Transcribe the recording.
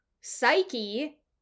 psyche